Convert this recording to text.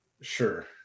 Sure